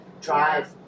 drive